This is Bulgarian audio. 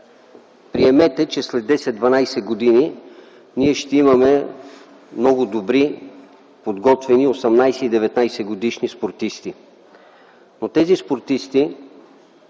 Приемете, че след 10-12 години ние ще имаме много добре подготвени 18 и 19-годишни спортисти. На тези спортисти